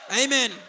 amen